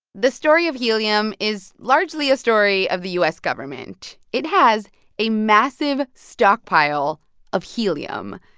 the story of helium is largely a story of the u s. government. it has a massive stockpile of helium.